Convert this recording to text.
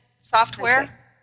software